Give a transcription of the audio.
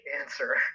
answer